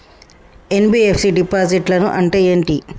NBFC డిపాజిట్లను అంటే ఏంటి?